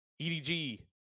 EDG